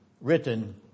written